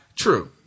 True